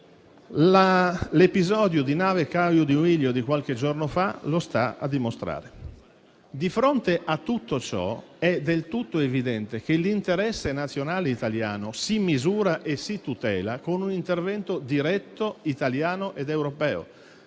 l'episodio della nave Caio Duilio di qualche giorno fa lo sta a dimostrare. Di fronte a tutto ciò, è del tutto evidente che l'interesse nazionale italiano si misura e si tutela con un intervento diretto italiano ed europeo.